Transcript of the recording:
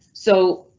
so